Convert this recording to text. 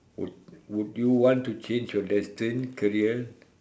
would would you want to change your destined career